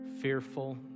fearful